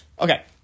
Okay